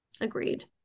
Agreed